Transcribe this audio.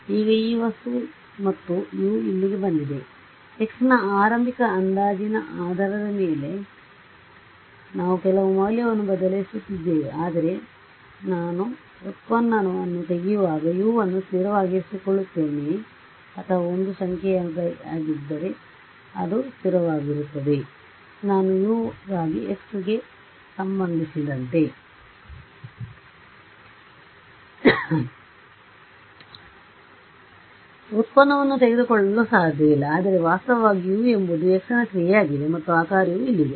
ಈಗ ಈ ವಸ್ತು ಮತ್ತು U ಇಲ್ಲಿಗೆ ಬಂದಿದೆ x ನ ಆರಂಭಿಕ ಅಂದಾಜಿನ ಆಧಾರದ ಮೇಲೆ ನಾವು ಕೆಲವು ಮೌಲ್ಯವನ್ನು ಬದಲಿಸುತ್ತಿದ್ದೇವೆ ಆದರೆ ನಾನು ವ್ಯುತ್ಪನ್ನವನ್ನು ತೆಗೆಯುವಾಗ U ಅನ್ನು ಸ್ಥಿರವಾಗಿರಿಸಿಕೊಳ್ಳುತ್ತೇವೆಯೇ ಅಥವಾ ಒಂದು ಸಂಖ್ಯೆಯಾಗಿದ್ದರೆ ಅದು ಸ್ಥಿರವಾಗಿರುತ್ತದೆ ನಾನು U ಗಾಗಿ x ಗೆ ಸಂಬಂಧಿಸಿದಂತೆ ವ್ಯುತ್ಪನ್ನವನ್ನು ತೆಗೆದುಕೊಳ್ಳಲು ಸಾಧ್ಯವಿಲ್ಲ ಆದರೆ ವಾಸ್ತವವಾಗಿ U ಎಂಬುದು x ನ ಕ್ರಿಯೆಯಾಗಿದೆ ಮತ್ತು ಆ ಕಾರ್ಯವು ಇಲ್ಲಿದೆ